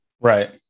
Right